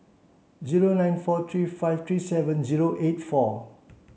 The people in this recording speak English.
zero nine four three five three seven zero eight four